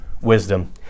Wisdom